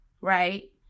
right